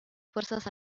fuerzas